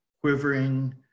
quivering